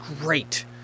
great